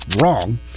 wrong